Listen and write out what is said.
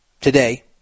today